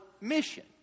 mission